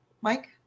Mike